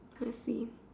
let's see